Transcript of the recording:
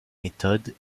méthode